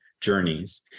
journeys